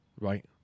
right